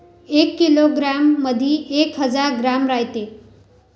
एका किलोग्रॅम मंधी एक हजार ग्रॅम रायते